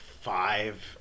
five